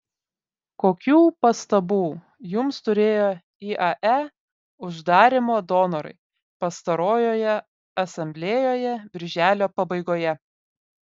kokių pastabų jums turėjo iae uždarymo donorai pastarojoje asamblėjoje birželio pabaigoje